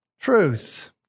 Truth